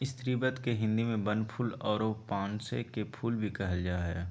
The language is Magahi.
स्रीवत के हिंदी में बनफूल आरो पांसे के फुल भी कहल जा हइ